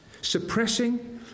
Suppressing